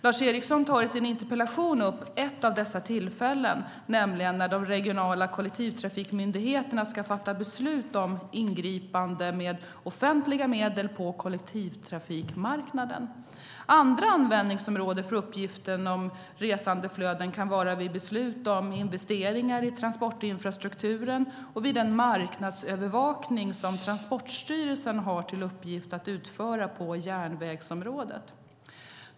Lars Eriksson tar i sin interpellation upp ett av dessa tillfällen, nämligen när de regionala kollektivtrafikmyndigheterna ska fatta beslut om ingripande med offentliga medel på kollektivtrafikmarknaden. Andra användningsområden för uppgifter om resandeflöden kan vara vid beslut om investeringar i transportinfrastrukturen och vid den marknadsövervakning som Transportstyrelsen har till uppgift att utföra på järnvägsområdet.